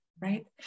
right